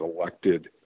elected